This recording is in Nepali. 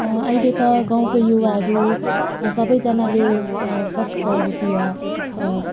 अहिले त गाउँको युवाहरू सबैजनाले फर्स्ट प्रायोरिटी या